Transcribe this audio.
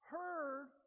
heard